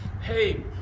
hey